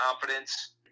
confidence